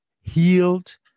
healed